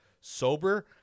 sober